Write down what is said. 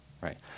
right